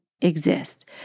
exist